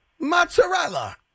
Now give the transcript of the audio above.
Mozzarella